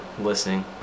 listening